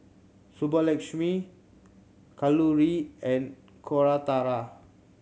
Subbulakshmi Kalluri and Koratala